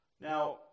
Now